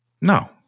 No